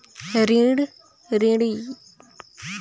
ऋणी मनखे हर बैंक से दो बार लोन ले सकही का?